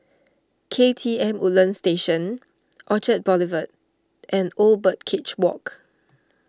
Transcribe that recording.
K T M Woodlands Station Orchard Boulevard and Old Birdcage Walk